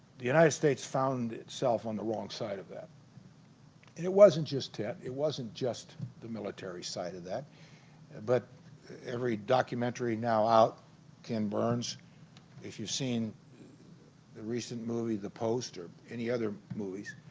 the united states found itself on the wrong side of that and it wasn't just tet it wasn't just the military side of that but every documentary now out ken burns if you've seen the recent movie the post or any other movies